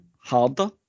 harder